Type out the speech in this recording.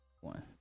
one